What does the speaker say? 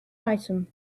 item